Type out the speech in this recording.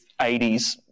80s